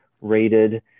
rated